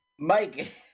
Mike